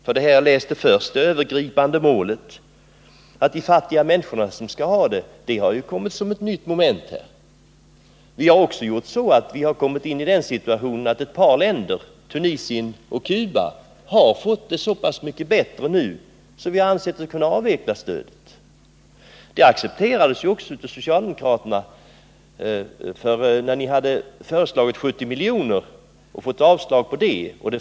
Det jag först talade om — att det övergripande målet är att de fattiga människorna skall ha stödet — har kommit in som ett nytt moment. Vi har också råkat i det läget att ett par länder, Tunisien och Cuba, har fått det så pass mycket bättre att vi har ansett oss kunna avveckla stödet. Socialdemokraterna accepterade ju också detta. Ni föreslog ju ett stöd på 70 milj.kr. och fick avslag.